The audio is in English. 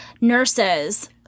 nurses